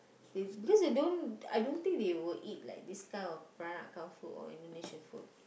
they because they don't I don't think they would eat like this kind of Peranakan food or Indonesian food